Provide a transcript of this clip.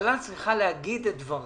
הממשלה צריכה להגיד את דברה.